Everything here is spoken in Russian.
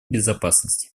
безопасности